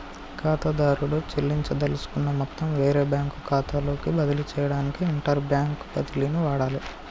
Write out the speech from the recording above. ఖాతాదారుడు చెల్లించదలుచుకున్న మొత్తం వేరే బ్యాంకు ఖాతాలోకి బదిలీ చేయడానికి ఇంటర్బ్యాంక్ బదిలీని వాడాలే